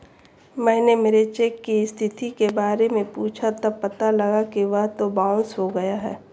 मैंने मेरे चेक की स्थिति के बारे में पूछा तब पता लगा कि वह तो बाउंस हो गया है